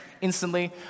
instantly